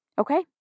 okay